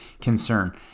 concern